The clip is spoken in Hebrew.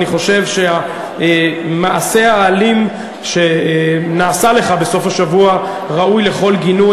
אני חושב שהמעשה האלים שנעשה לך בסוף השבוע ראוי לכל גינוי.